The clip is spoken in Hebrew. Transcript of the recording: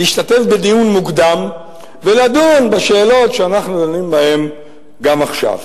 להשתתף בדיון מוקדם ולדון בשאלות שאנחנו דנים בהם גם עכשיו.